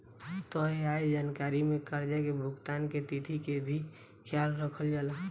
तय आय जानकारी में कर्जा के भुगतान के तिथि के भी ख्याल रखल जाला